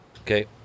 Okay